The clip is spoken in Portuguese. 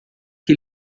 que